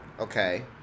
Okay